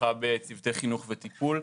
תמיכה בצוותי חינוך וטיפול,